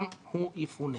גם הוא יפונה.